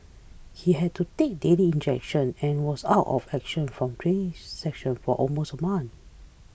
he had to take daily injections and was out of action from training sessions for almost a month